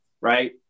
right